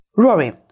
Rory